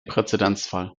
präzedenzfall